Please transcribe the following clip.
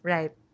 Right